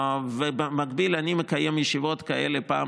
ובמקביל אני מקיים ישיבות כאלה פעם